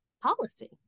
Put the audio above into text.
policy